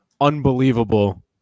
unbelievable